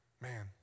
Man